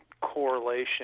correlation